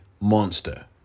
monster